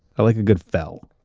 i like a good fell.